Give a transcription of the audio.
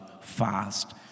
fast